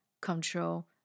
control